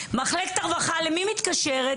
מחלקת הרווחה למי מתקשרת?